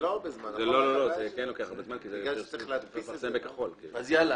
הצעת חוק הרשויות המקומיות (בחירת ראש הרשות וסגניו וכהונתם) (תיקון,